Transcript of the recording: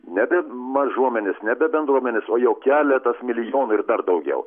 nebe mažuomenes nebe bendruomenes o jau keletas milijonų ir dar daugiau